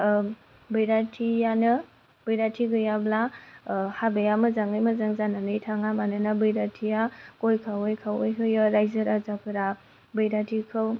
बैराथियानो बैराथि गैयाब्ला हाबाया मोजाङै मोजां जानानै थाङा मानोना बैराथिया गय खावै खवै होयो रायजो राजाफोरा बैराथिखौ